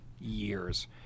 years